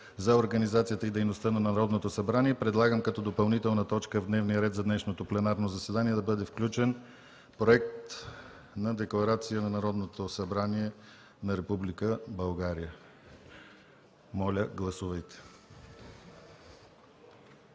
за организацията и дейността на Народното събрание, предлагам като допълнителна точка в дневния ред за днешното пленарно заседание да бъде включен Проект на декларация на Народното събрание на Република България. Моля, гласувайте.